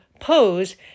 Pose